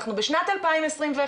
אנחנו בשנת 2021,